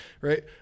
right